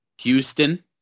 Houston